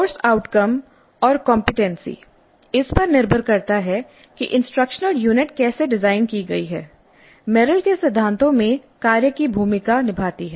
course outcome और competency इस पर निर्भर करता है कि इंस्ट्रक्शनल यूनिट कैसे डिज़ाइन की गई है मेरिल के सिद्धांतों में कार्य की भूमिका निभाती है